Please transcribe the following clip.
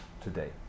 today